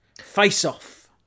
Face-off